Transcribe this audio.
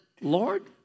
Lord